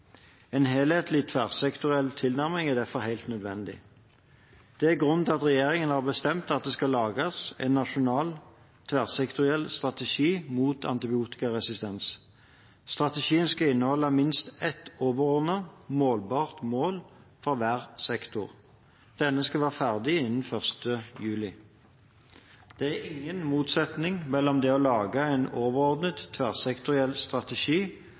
En helhetlig, tverrsektoriell tilnærming er derfor helt nødvendig. Det er grunnen til at regjeringen har bestemt at det skal lages en nasjonal, tverrsektoriell strategi mot antibiotikaresistens. Strategien skal inneholde minst ett overordnet målbart mål for hver sektor. Den skal være ferdig innen 1. juli. Det er ingen motsetning mellom det å lage en overordnet, tverrsektoriell strategi